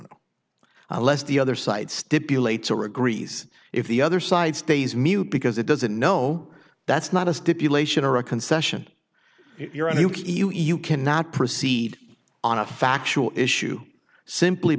no less the other side stipulates or agrees if the other side stays mute because it doesn't no that's not a stipulation or a concession if you're a nuke each you cannot proceed on a factual issue simply